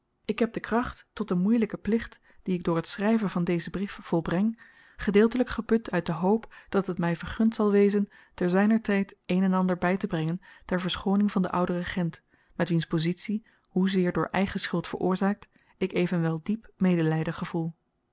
ik heb de kracht tot den moeielyken plicht dien ik door het schryven van dezen brief volbreng gedeeltelyk geput uit de hoop dat het my vergund zal wezen ter zyner tyd een en ander bytebrengen ter verschooning van den ouden regent met wiens pozitie hoezeer door eigen schuld veroorzaakt ik evenwel diep medelyden gevoel